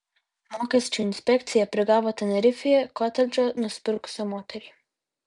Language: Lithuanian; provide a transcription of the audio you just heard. mokesčių inspekcija prigavo tenerifėje kotedžą nusipirkusią moterį